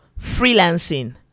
freelancing